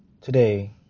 today